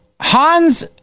hans